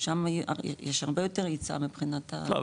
שם יש הרבה יותר היצע מבחינת ה- לא,